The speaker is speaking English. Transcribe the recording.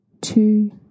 two